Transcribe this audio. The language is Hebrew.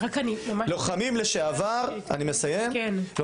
אני חושב שהגיע הזמן לעשות שוויון --- לא הבנתי,